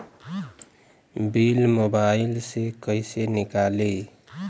Bill mobile से कईसे निकाली?